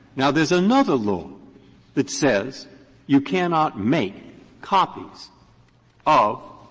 now, there's another law that says you cannot make copies of